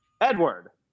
Edward